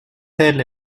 tel